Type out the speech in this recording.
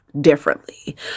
differently